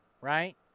right